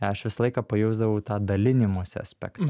aš visą laiką pajausdavau tą dalinimosi aspektą